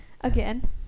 Again